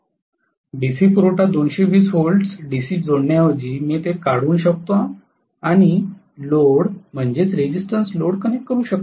DC पुरवठा 220 volts DC जोडण्याऐवजी मी ते काढून टाकू शकतो आणि लोड रेझिस्टन्स लोड कनेक्ट करू शकतो